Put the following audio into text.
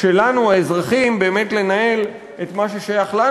שלנו האזרחים באמת לנהל את מה ששייך לנו,